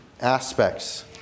aspects